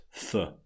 th